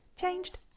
Changed